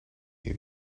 you